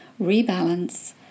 rebalance